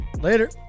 Later